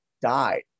died